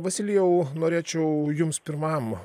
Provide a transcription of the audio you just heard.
vasilijau norėčiau jums pirmam